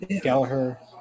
gallagher